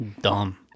Dumb